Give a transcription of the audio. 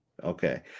Okay